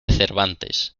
cervantes